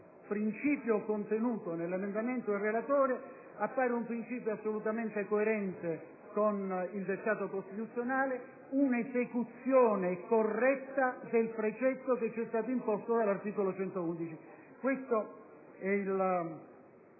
principio contenuto nell'emendamento del relatore appare assolutamente coerente con il dettato costituzionale, un'esecuzione corretta del precetto di cui all'articolo 111